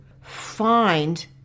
find